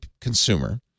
Consumer